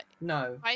No